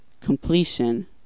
Completion